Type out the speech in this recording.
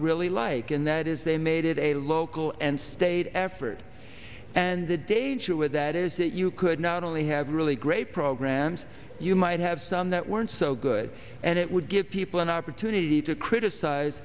really like and that is they made it a local and state effort and the danger with that is that you could not only have really great programs you might have some that weren't so good and it would give people an opportunity to criticize